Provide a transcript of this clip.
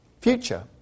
future